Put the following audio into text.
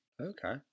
Okay